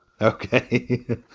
Okay